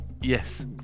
Yes